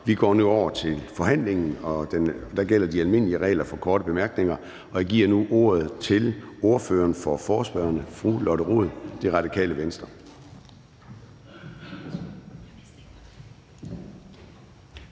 Vi går nu over til forhandlingen, og der gælder de almindelige regler for korte bemærkninger. Jeg giver nu ordet til ordføreren for forespørgerne, fru Lotte Rod, Radikale Venstre.